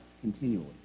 continually